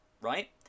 right